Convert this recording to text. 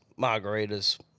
margaritas